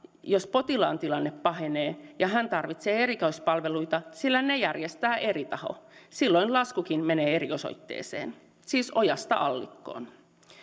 jos potilaan tilanne pahenee ja hän tarvitsee erikoispalveluita sillä ne järjestää eri taho silloin laskukin menee eri osoitteeseen siis ojasta allikkoon